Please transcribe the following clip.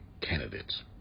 candidates